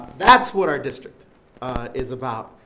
that's what our district is about.